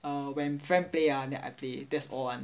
mm when friend play ah then I play that's all [one]